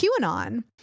QAnon